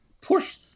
push